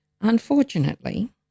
Unfortunately